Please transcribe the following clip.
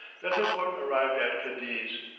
bethencourt arrived at cadiz,